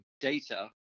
data